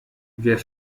wer